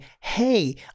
Hey